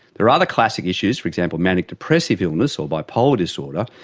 there are other classic issues, for example manic-depressive illness or bipolar disorder,